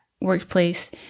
workplace